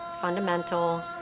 fundamental